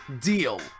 deal